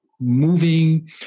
moving